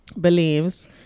believes